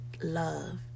love